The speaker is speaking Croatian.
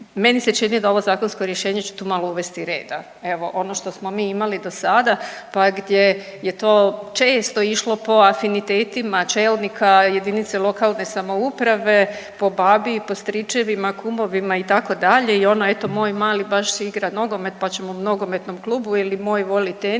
meni se čini da ovo zakonsko rješenje će tu malo uvesti reda. Evo ono što smo mi imali do sada pa gdje je to često išlo po afinitetima čelnika jedinice lokalne samouprave, po babi, po stričevima, kumovima itd. i ono eto moj mali baš igra nogomet pa ćemo nogometnom klubu ili moj voli tenis